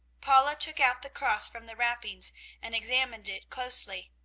paula took out the cross from the wrappings and examined it closely.